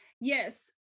Yes